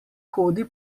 hodi